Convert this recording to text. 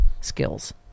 skills